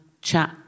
chat